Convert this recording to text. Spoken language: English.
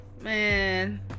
man